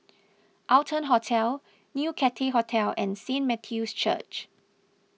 Arton Hotel New Cathay Hotel and Saint Matthew's Church